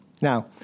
Now